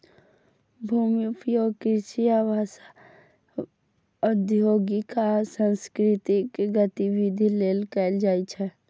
भूमिक उपयोग कृषि, आवास, औद्योगिक आ सांस्कृतिक गतिविधि लेल कैल जाइ छै